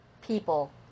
people